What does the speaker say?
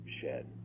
shed